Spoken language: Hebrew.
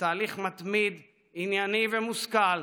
בתהליך מתמיד, ענייני ומושכל,